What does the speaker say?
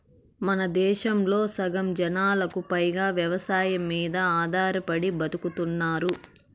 మనదేశంలో సగం జనాభాకు పైగా వ్యవసాయం మీద ఆధారపడి బతుకుతున్నారు